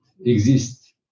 exist